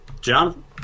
John